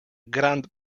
grand